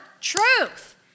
truth